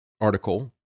article